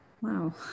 Wow